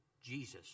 Jesus